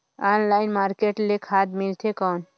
Online market ले खाद मिलथे कौन?